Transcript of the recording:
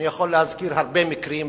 אני יכול להזכיר הרבה מקרים,